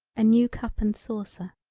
a new cup and saucer.